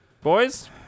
boys